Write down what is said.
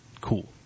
Cool